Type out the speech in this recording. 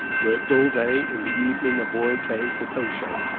worked all day. in the evening a boy came for posho.